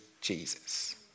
Jesus